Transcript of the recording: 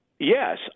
Yes